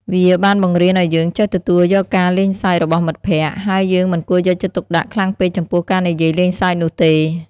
វាបានបង្រៀនឱ្យយើងចេះទទួលយកការលេងសើចរបស់មិត្តភក្តិ ហើយយើងមិនគួរយកចិត្តទុកដាក់ខ្លាំងពេកចំពោះការនិយាយលេងសើចនោះទេ។